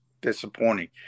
disappointing